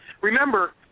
remember